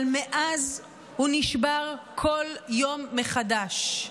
אבל מאז הוא נשבר כל יום מחדש.